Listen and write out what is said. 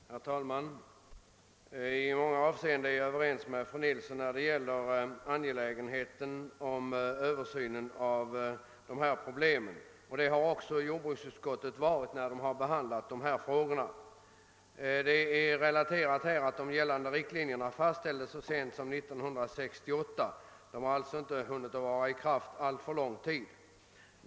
Herr talman! Jag är i många avseen den överens med fru Nilsson om angelägenheten av en översyn av dessa problem. Det har också jordbruksutskottet varit vid sin behandling av dessa frågor. Det har redovisats att gällande riktlinjer fastställdes så sent som 1968. De har alltså inte hunnit vara i kraft särskilt lång tid.